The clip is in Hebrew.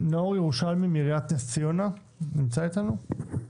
נאור ירושלמי מעיריית נס ציונה, נמצא איתנו?